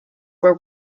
were